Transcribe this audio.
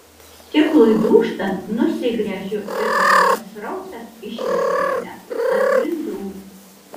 stiklui dūžtant nusigręžiu ir vandens srautas išmeta mane ant grindų